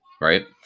right